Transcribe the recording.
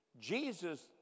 Jesus